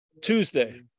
Tuesday